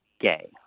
gay